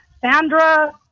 Sandra